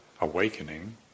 awakening